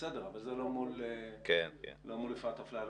בסדר, אבל זה לא מול אפרת אפללו.